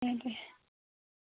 दे